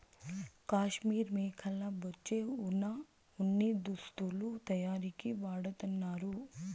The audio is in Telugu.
కాశ్మీర్ మేకల బొచ్చే వున ఉన్ని దుస్తులు తయారీకి వాడతన్నారు